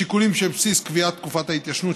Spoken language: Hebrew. השיקולים שבבסיס קביעת תקופת התיישנות,